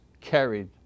carried